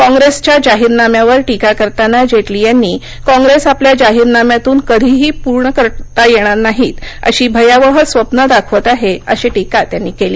कॉग्रसच्या जाहीरनाम्यावर टीका करताना जेटली यांनी कॉग्रेस आपल्या जाहीरनाम्यातून कधीही पूर्ण करता येणार नाहीत अशी भयावह स्वप्न दाखवत आहे अशी टीका केली